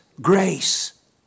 grace